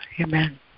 Amen